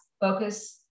focus